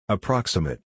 Approximate